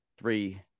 three